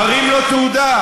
מראים לו תעודה.